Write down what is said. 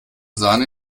sahne